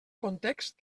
context